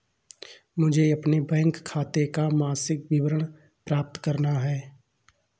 मुझे अपने बैंक खाते का मासिक विवरण प्राप्त करना है?